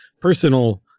personal